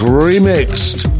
remixed